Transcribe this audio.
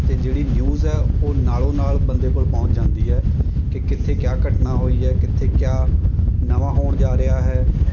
ਅਤੇ ਜਿਹੜੀ ਨਿਊਜ਼ ਹੈ ਉਹ ਨਾਲ਼ੋਂ ਨਾਲ਼ ਬੰਦੇ ਕੋਲ ਪਹੁੰਚ ਜਾਂਦੀ ਹੈ ਕਿ ਕਿੱਥੇ ਕਿਆ ਘਟਨਾ ਹੋਈ ਹੈ ਕਿੱਥੇ ਕਿਆ ਨਵਾਂ ਹੋਣ ਜਾ ਰਿਹਾ ਹੈ